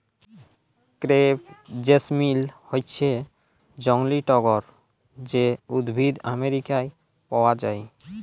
crepe jasmine হচ্যে জংলী টগর যে উদ্ভিদ আমেরিকায় পাওয়া যায়